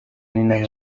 n’inama